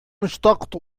اشتقت